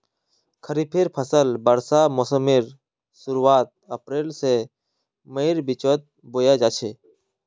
खरिफेर फसल वर्षा मोसमेर शुरुआत अप्रैल से मईर बिचोत बोया जाछे